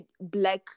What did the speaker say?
black